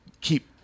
keep